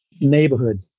neighborhood